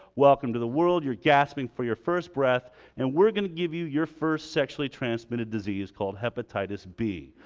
welcome to the world, you're gasping for your first breath and we're gonna give you your first sexually transmitted disease called hepatitis b.